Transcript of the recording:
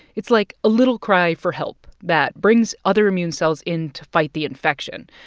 it's like a little cry for help that brings other immune cells in to fight the infection,